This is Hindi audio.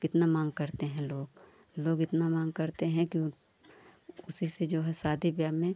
कितनी माँग करते हैं लोग लोग इतनी माँग करते हैं कि उसी से जो है शादी ब्याह में